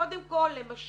קודם כל למשל,